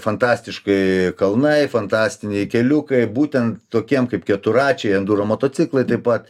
fantastiški kalnai fantastiniai keliukai būtent tokiem kaip keturračiai endūro motociklai taip pat